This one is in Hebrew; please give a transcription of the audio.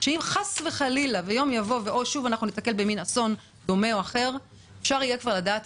שאם חס וחלילה יום יבוא ושוב ניתקל באסון דומה או אחר אפשר יהיה לדעת